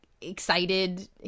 excited